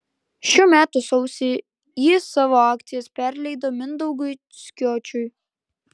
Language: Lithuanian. šių metų sausį ji savo akcijas perleido mindaugui skiočiui